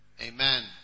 Amen